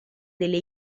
delle